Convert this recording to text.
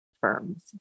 firms